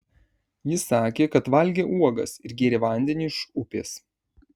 ji sakė kad valgė uogas ir gėrė vandenį iš upės